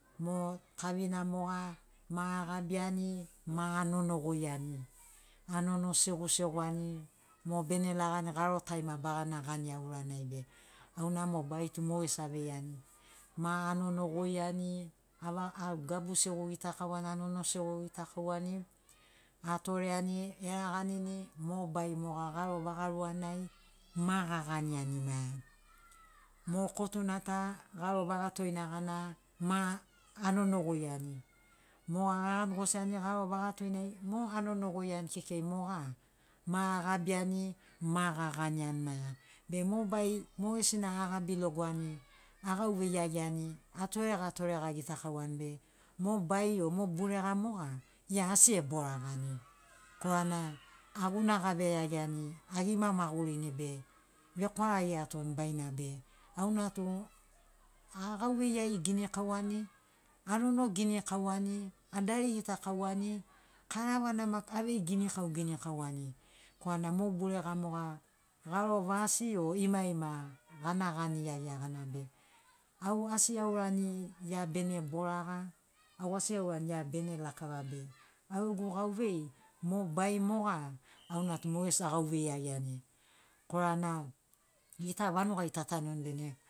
Mo kavina moga ma agabiani ma ganono guiani ganono seguseguani mo bene lagani garo tai ma bagana gania uranai be auna mo bait u mogesina aveiani ma anono guiani ava agabu segu anono segu gitakauani atoreani eraganini mo bai moga garo vaga ruanai ma gaganiani maea mo kotuna ta garo vaga toina gana ma anono goiani moga gagani gosiani garo vaga toinai mo anono goiani kekei moga ma agabiani ma gaganiani maiga be mo bai mogesina agabi logoani agauvei iagiani atorega torega gitakauani be mo bai o mo burega moga ia asi eboragani korana agunagave iagiani agima magurini be vekwaragi atoni bai na be au na tu agauvei iagi ginikauani anono ginikauani adari gitakauani karavana maki avei ginikau ginikauani korana mo burega moga garo vasi o imaima gana gani iaia bene au asi aurani ia bene boraga au asi aurani ia bene lakava be au gegu gauvei mo bai moga auna tu mogesi agauvei iagiani korana gita vanugai ta tanuni bene.